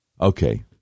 Okay